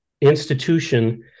institution